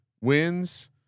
wins